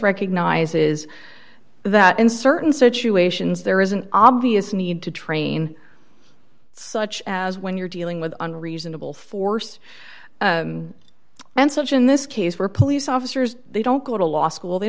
recognizes that in certain situations there is an obvious need to train such as when you're dealing with unreasonable force and such in this case where police officers they don't go to law school they